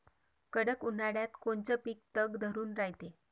कडक उन्हाळ्यात कोनचं पिकं तग धरून रायते?